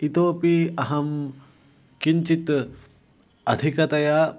इतोपि अहं किञ्चित् अधिकतया